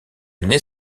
année